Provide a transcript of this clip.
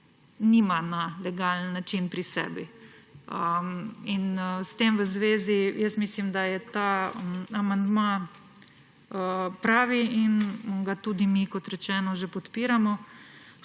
nima na legalen način pri sebi. S tem v zvezi jaz mislim, da je ta amandma pravi in ga mi že podpiramo.